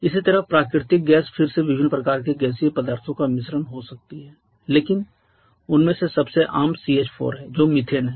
इसी तरह प्राकृतिक गैस फिर से विभिन्न प्रकार के गैसीय पदार्थों का मिश्रण हो सकती है लेकिन उनमें से सबसे आम CH4 है जो मीथेन है